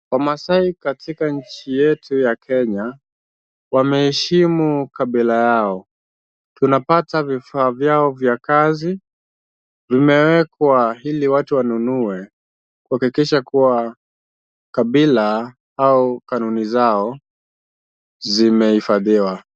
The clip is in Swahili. Wamaasai katika nchi yetu ya Kenya, wameheshimu kabila yao. Tunapata vifaa vyao vya kazi vimewekwa ili watu wanunue, kuhakikisha kuwa kabila au kanuni zao zimehifadhiwa.